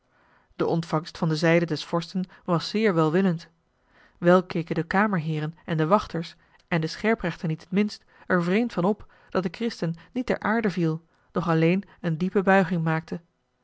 de ontvangst van de zijde des vorsten was zeer welwillend wel keken de kamerheeren en de wachters en de scherprechter niet het minst er vreemd van op dat de christen niet ter aarde viel doch alleen een diepe buiging maakte